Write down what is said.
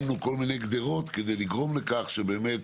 שמנו כל מיני גדרות כדי לגרום לכך שבאמת